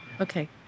Okay